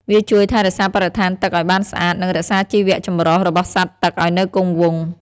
វាជួយថែរក្សាបរិស្ថានទឹកឲ្យបានស្អាត និងរក្សាជីវចម្រុះរបស់សត្វទឹកឲ្យនៅគង់វង្ស។